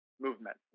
movement